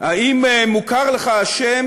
האם מוכר לך השם